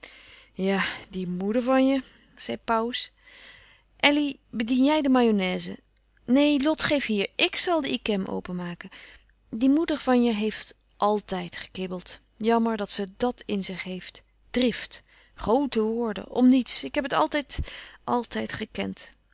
ja die moeder van je zei pauws elly bedien jij de mayonnaise neen lot geef hier ik zal wel de yquem open maken die moeder van je heeft àltijd gekibbeld jammer dat ze dàt in zich had drift groote woorden om niets ik heb het altijd altijd gekend